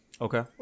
Okay